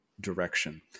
direction